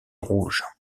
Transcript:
rouge